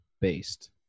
based